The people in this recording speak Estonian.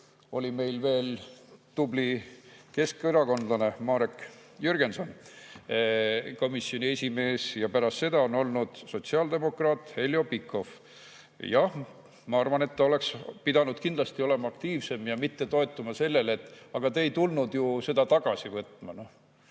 tuli, oli veel tubli keskerakondlane Marek Jürgenson komisjoni esimees ja pärast seda on olnud [esimees] sotsiaaldemokraat Heljo Pikhof. Jah, ma arvan, et ta oleks pidanud kindlasti olema aktiivsem ja mitte toetuma sellele [argumendile], et aga te ei tulnud ju seda tagasi võtma.